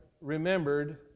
remembered